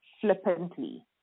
flippantly